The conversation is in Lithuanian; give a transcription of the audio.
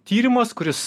tyrimas kuris